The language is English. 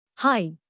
Hi